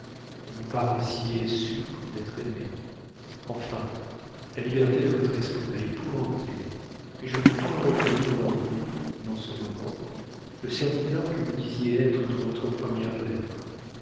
vous paraissiez sûr d'être aimé enfin la liberté de votre esprit m'a épouvantée et je n'ai point reconnu en vous dans ce moment le serviteur que vous disiez être dans votre première lettre